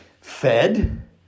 fed